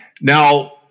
Now